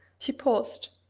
she paused,